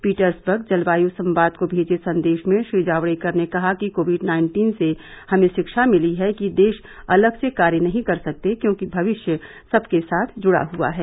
Petersburg जलवाय सवाद को भेजे संदेश में श्री जावर्डकर ने कहा कि कोविड नाइन्टीन से हमें शिक्षा मिली है कि देश अलग से कार्य नहीं कर सकते क्योंकि भविष्य सबके साथ जुडा हुआ है